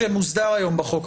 שמוסדר היום בחוק,